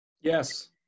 Yes